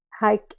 Hi